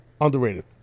Underrated